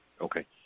Okay